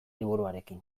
liburuarekin